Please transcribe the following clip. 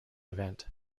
event